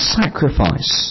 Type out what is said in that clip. sacrifice